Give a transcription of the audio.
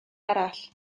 arall